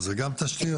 זה גם תשתיות?